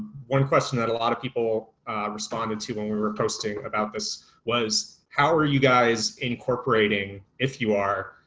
one question that a lot of people responded to when we were posting about this was how are you guys incorporating, if you are,